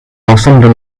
l’ensemble